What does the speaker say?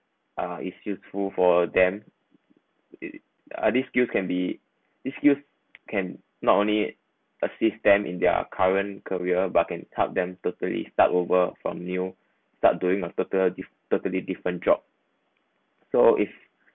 uh is useful for them uh this skill can be this skill can not only assist them in their current career but can help them totally start over from new start doing a total totally different job so is